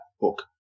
book